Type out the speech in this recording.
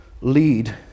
lead